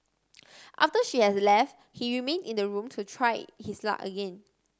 after she had left he remained in the room to try his luck again